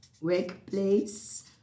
Workplace